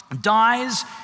dies